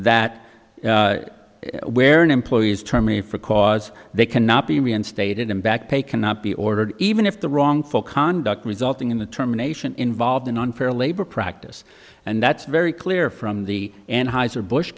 that where an employer's term me for cause they cannot be reinstated him back pay cannot be ordered even if the wrongful conduct resulting in the terminations involved an unfair labor practice and that's very clear from the